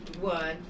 one